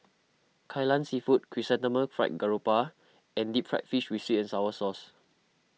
Kai Lan Seafood Chrysanthemum Fried Garoupa and Deep Fried Fish with Sweet and Sour Sauce